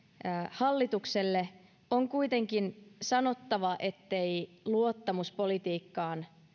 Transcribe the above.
hallitukselle on kuitenkin sanottava ettei luottamus politiikkaan